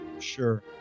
Sure